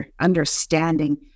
understanding